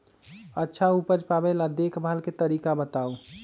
अच्छा उपज पावेला देखभाल के तरीका बताऊ?